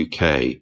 UK